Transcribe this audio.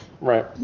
Right